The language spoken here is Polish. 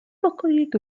pokoik